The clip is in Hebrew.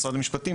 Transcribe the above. משרד המשפטים,